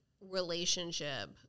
relationship